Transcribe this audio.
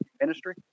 ministry